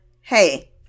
hey